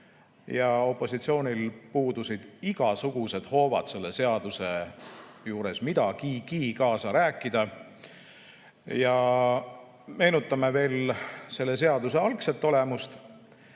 ja opositsioonil puudusid igasugused hoovad selle seaduse juures midagigi kaasa rääkida. Meenutame veel selle seaduse algset olemust.